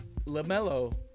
LaMelo